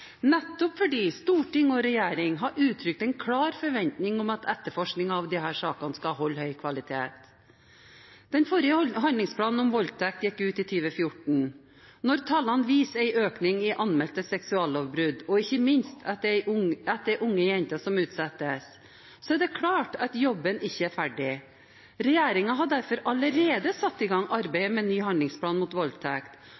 nettopp fordi storting og regjering har uttrykt en klar forventning om at etterforskning av disse sakene skal holde høy kvalitet. Den forrige handlingsplanen om voldtekt gikk ut i 2014. Når tallene viser en økning i anmeldte seksuallovbrudd og ikke minst at det er unge jenter som utsettes, er det klart at jobben ikke er ferdig. Regjeringen har derfor allerede satt i gang